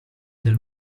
del